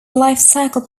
lifecycle